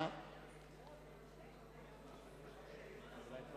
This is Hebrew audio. אריאל אטיאס, נגד אלי